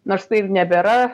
nors tai ir nebėra